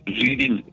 reading